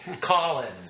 Collins